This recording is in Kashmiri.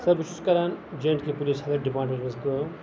بہٕ چھُس کران جے اینڈ کے ڈِپارٹمینٹَس منٛز کٲم